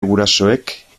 gurasoek